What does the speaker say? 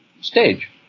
stage